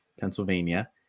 Pennsylvania